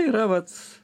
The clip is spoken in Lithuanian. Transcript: yra vat